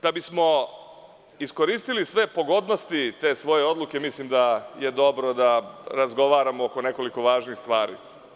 Da bismo iskoristili sve pogodnosti i te svoje odluke mislim da je dobro da razgovaramo o nekoliko važnih stvari.